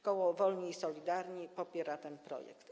Koło Wolni i Solidarni popiera ten projekt.